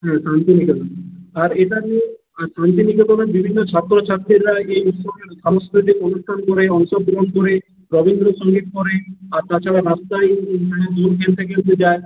হ্যাঁ শান্তিনিকেতন আর এইটা নিয়ে শান্তিনিকেতনের বিভিন্ন ছাত্র ছাত্রীরা এই উৎসবে সাংস্কৃতিক অনুষ্ঠান করে অংশগ্রহণ করে রবীন্দ্র সঙ্গীত করে আর তাছাড়া